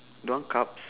don't want cups